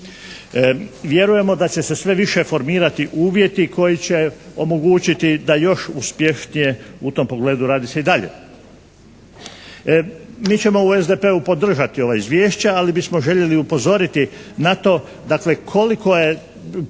Vjerujemo da će se sve više formirati uvjeti koji će omogućiti da još uspješnije u tom pogledu radi se i dalje. Mi ćemo u SDP-u podržati ova izvješća, ali bismo željeli upozoriti na to, dakle koliko je